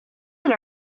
that